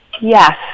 Yes